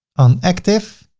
on active,